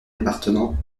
départements